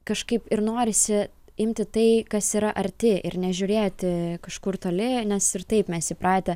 kažkaip ir norisi imti tai kas yra arti ir nežiūrėti kažkur toli nes ir taip mes įpratę